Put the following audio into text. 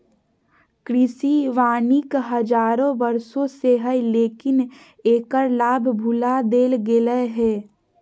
कृषि वानिकी हजारों वर्षों से हइ, लेकिन एकर लाभ भुला देल गेलय हें